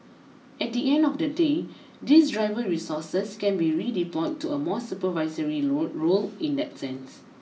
at the end of the day these driver resources can be redeployed to a more supervisory role role in that sense